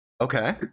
Okay